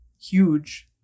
huge